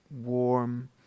warm